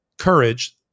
courage